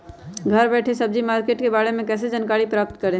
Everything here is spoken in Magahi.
घर बैठे सब्जी मार्केट के बारे में कैसे जानकारी प्राप्त करें?